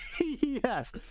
yes